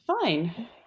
fine